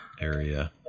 Area